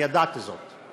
אני ידעתי זאת,